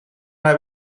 naar